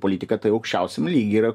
politika tai aukščiausiam lygy yra